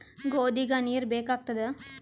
ಗೋಧಿಗ ನೀರ್ ಬೇಕಾಗತದ?